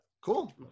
Cool